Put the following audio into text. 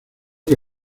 que